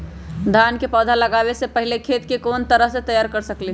धान के पौधा लगाबे से पहिले खेत के कोन तरह से तैयार कर सकली ह?